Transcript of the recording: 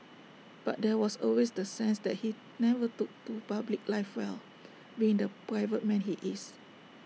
but there was always the sense that he never took to public life well being the private man he is